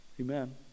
Amen